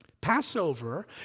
Passover